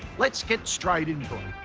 let's get straight into